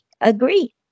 agree